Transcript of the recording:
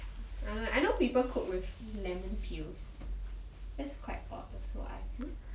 I don't know eh I know people cook with lemon peel that's quite odd also I feel